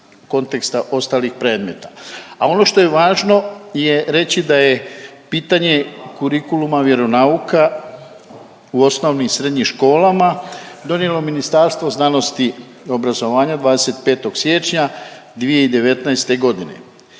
A ono što je važno je reći da je pitanje kurikuluma vjeronauka u osnovnim i srednjim školama donijelo Ministarstvo znanosti i obrazovanja 25. siječnja 2019.g..